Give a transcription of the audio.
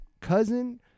cousin